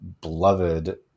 beloved